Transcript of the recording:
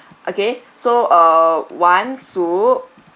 okay so uh one soup